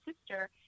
sister